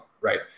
Right